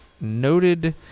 noted